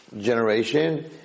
generation